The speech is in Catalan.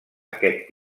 aquest